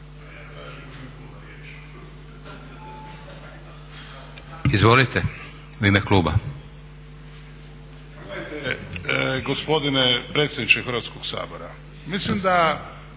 Izvolite, u ime kluba.